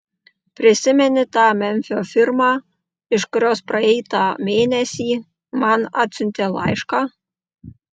prisimeni tą memfio firmą iš kurios praeitą mėnesį man atsiuntė laišką